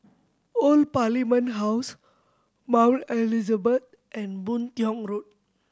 Old Parliament House Mount Elizabeth and Boon Tiong Road